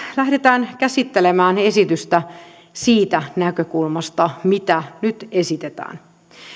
lähdetään käsittelemään esitystä siitä näkökulmasta mitä nyt esitetään